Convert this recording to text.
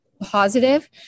positive